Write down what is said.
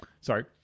Sorry